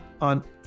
on